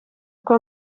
uko